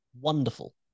Wonderful